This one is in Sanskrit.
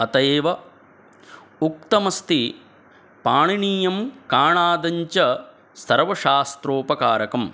अतः एव उक्तमस्ति पाणिनीयं काणादञ्च सर्वशास्त्रोपकारकम्